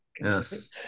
Yes